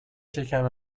شکم